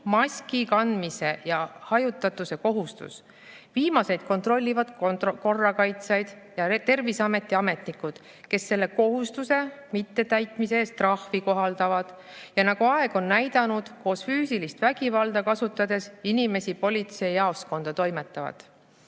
maskikandmise ja hajutatuse kohustus. Viimaseid kontrollivad korrakaitsjad ja Terviseameti ametnikud, kes selle kohustuse mittetäitmise eest trahvi kohaldavad, ja nagu aeg on näidanud, füüsilist vägivalda kasutades inimesi politseijaoskonda toimetavad.